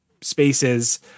spaces